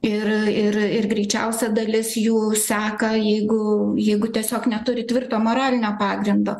ir ir ir greičiausia dalis jų seka jeigu jeigu tiesiog neturi tvirto moralinio pagrindo